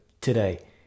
today